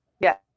Yes